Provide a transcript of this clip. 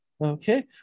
Okay